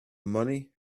money